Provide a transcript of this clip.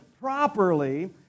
properly